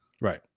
right